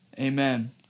Amen